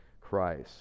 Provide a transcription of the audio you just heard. Christ